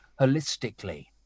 holistically